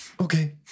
okay